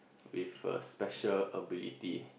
with a special ability